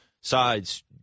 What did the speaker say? sides